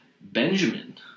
Benjamin